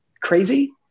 crazy